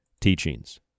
Teachings